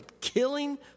killing